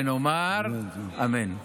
ונאמר אמן.